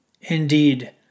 Indeed